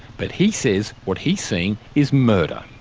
but he says what he's seeing is murder.